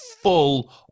full